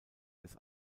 des